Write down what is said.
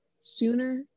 sooner